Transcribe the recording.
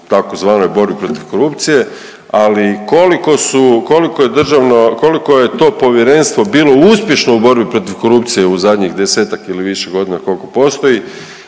tzv. borbi protiv korupcije, ali koliko su, koliko je to Povjerenstvo bilo uspješno u borbi protiv korupcije u zadnjih 10-ak ili više godina koliko postoji,